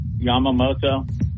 Yamamoto